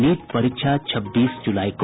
NEET परीक्षा छब्बीस जुलाई को